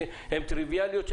שהן טריוויאליות,